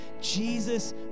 Jesus